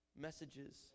messages